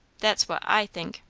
that's what i think.